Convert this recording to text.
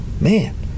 Man